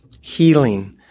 healing